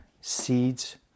seeds